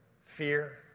Fear